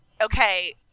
okay